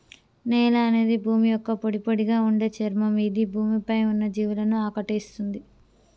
నేల అనేది భూమి యొక్క పొడిపొడిగా ఉండే చర్మం ఇది భూమి పై ఉన్న అన్ని జీవులను ఆకటేస్తుంది